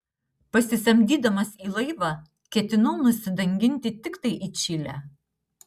pasisamdydamas į laivą ketinau nusidanginti tiktai į čilę